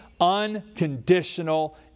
unconditional